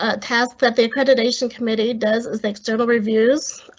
ah a test that they preservation committee does is the external reviews.